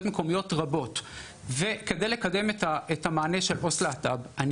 מקומיות רבות כדי לקדם את המענה של עו״ס להט״ב.